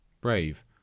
Brave